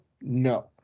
No